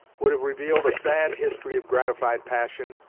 would have revealed a sad history of gratified passion,